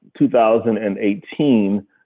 2018